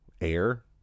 Air